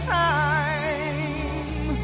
time